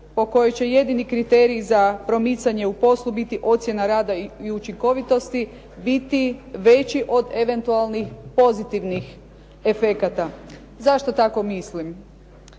po kojoj će jedini kriteriji za promicanje u poslu biti ocjena rada i učinkovitosti biti veći od eventualnih pozitivnih efekata. Zašto tako mislim?